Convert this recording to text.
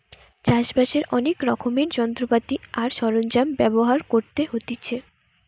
চাষ বাসের অনেক রকমের যন্ত্রপাতি আর সরঞ্জাম ব্যবহার করতে হতিছে